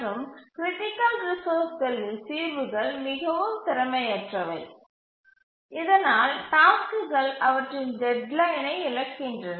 மற்றும் கிரிட்டிக்கல் ரிசோர்ஸ்களில் தீர்வுகள் மிகவும் திறமையற்றவை இதனால் டாஸ்க்குகள் அவற்றின் டெட்லைனை இழக்கின்றன